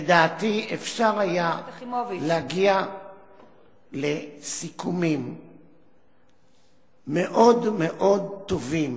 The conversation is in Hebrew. לדעתי אפשר היה להגיע לסיכומים מאוד מאוד טובים